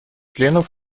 членов